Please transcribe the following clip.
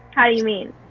how do you mean?